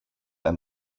and